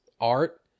art